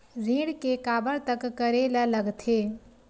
ऋण के काबर तक करेला लगथे?